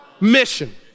mission